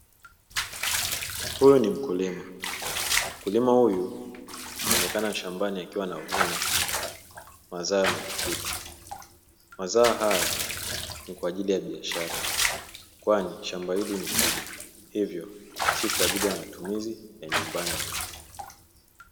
Huyu ni mkulima. Mkulima huyu anaonekana shambani akiwavuna mazao ya matikiti. Mazao haya ni kwa ajili ya biashara kwani shamba hili ni kubwa, hivyo si kwa ajili ya matumizi ya nyumbani tu.